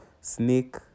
snake